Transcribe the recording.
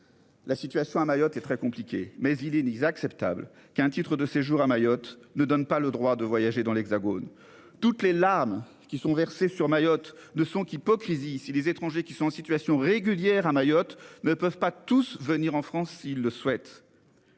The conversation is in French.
La situation à Mayotte et très compliqué mais il est Nisa acceptable qui à un titre de séjour à Mayotte ne donne pas le droit de voyager dans l'Hexagone. Toutes les larmes qui sont versés sur Mayotte ne sont qu'hypocrisie. Si les étrangers qui sont en situation régulière à Mayotte ne peuvent pas tous venir en France s'ils le souhaitent.--